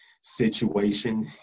situation